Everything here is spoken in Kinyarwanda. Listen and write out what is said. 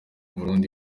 burundi